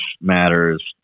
matters